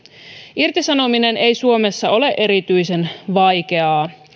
irtisanominen ei suomessa ole erityisen vaikeaa